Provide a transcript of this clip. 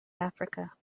africa